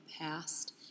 past